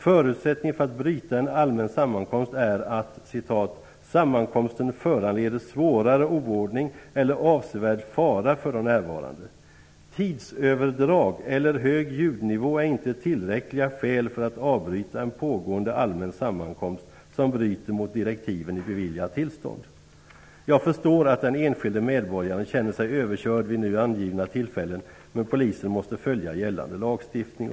Förutsättningen för att bryta en allmän sammankomst är att ''sammankomsten föranleder svårare oordning eller avsevärd fara för de närvarande''. Tidsöverdrag eller hög ljudnivå är inte tillräckliga skäl för att avbryta en pågående allmän sammankomst som bryter mot direktiven i beviljat tillstånd. Jag förstår att den enskilde medborgaren känner sig överkörd vid nu angivna tillfällen, men polisen måste följa gällande lagstiftning.